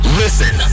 listen